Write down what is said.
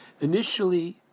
initially